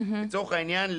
לצורך העניין,